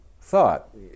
thought